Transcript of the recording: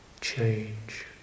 change